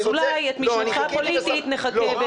אז אולי את משנתך הפוליטית נחכה ב